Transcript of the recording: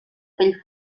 pell